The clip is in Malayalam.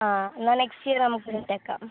ആ എന്നാൽ നെക്സ്റ്റ് ഇയർ നമുക്ക് വിട്ടേക്കാം മ്